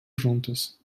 juntas